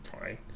fine